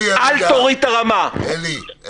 אלי, אלי.